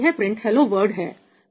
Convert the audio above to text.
यह print hello world है